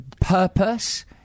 purpose